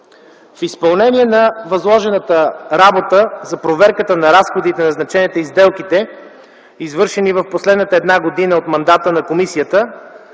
В изпълнение на възложената работа за проверка на разходите, назначенията и сделките, извършени в последната една година от мандата на комисията